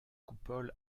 coupoles